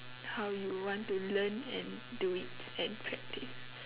how you want to learn and do it and practice